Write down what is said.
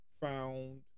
found